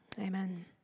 amen